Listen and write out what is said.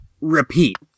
Repeat